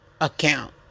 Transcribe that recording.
account